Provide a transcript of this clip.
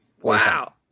wow